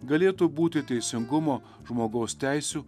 galėtų būti teisingumo žmogaus teisių